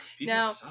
Now